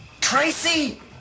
Tracy